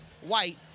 white